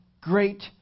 great